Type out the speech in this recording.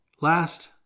last